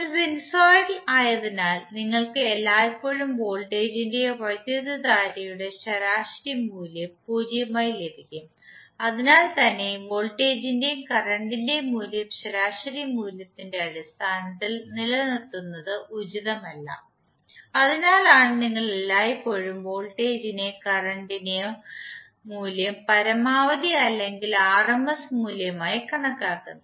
ഒരു സിനുസോയ്ഡൽ ആയതിനാൽ നിങ്ങൾക്ക് എല്ലായ്പ്പോഴും വോൾട്ടേജിന്റെയോ വൈദ്യുതധാരയുടെയോ ശരാശരി മൂല്യം 0 ആയി ലഭിക്കും അതിനാൽത്തന്നെ വോൾട്ടേജിന്റെയും കറന്റിന്റെയും മൂല്യം ശരാശരി മൂല്യത്തിന്റെ അടിസ്ഥാനത്തിൽ നിലനിർത്തുന്നത് ഉചിതമല്ല അതിനാലാണ് നിങ്ങൾ എല്ലായ്പ്പോഴും വോൾട്ടേജിന്റെ കറന്റ് ഇന്റെയോ മൂല്യം പരമാവധി അല്ലെങ്കിൽ ആർഎംഎസ് മൂല്യമായി കണക്കാക്കുന്നത്